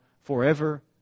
forever